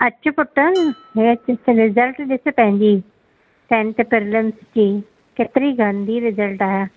अच पुटु वेह अची रिसल्ट ॾिस पंहिंजी टेंथ स्टेंडर जी केतिरी गंदी रिसल्ट आहे